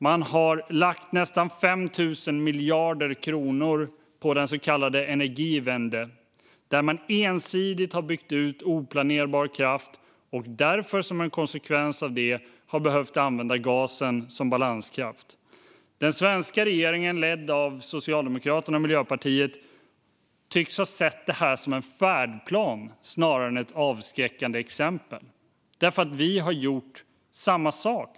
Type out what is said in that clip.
Man har lagt nästan 5 000 miljarder kronor på den så kallade Energiewende, där man ensidigt har byggt ut oplanerbar kraft, och som en konsekvens av detta har man behövt använda gas som balanskraft. Den svenska regeringen, ledd av Socialdemokraterna och Miljöpartiet, tycks ha sett detta som en färdplan snarare än som ett avskräckande exempel, för vi har gjort samma sak.